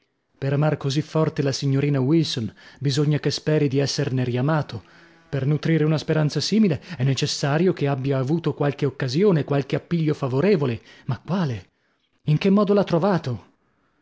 per amar così forte la signorina wilson bisogna che speri di esserne riamato per nutrire una speranza simile è necessario che abbia avuto qualche occasione qualche appiglio favorevole ma quale in che modo l'ha trovato